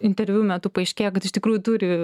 interviu metu paaiškėja kad iš tikrųjų turi